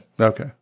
Okay